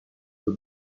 the